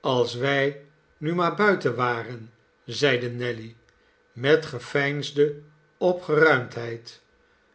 als wij nu maar buiten waren zeide nelly met geveinsde opgeruimdheid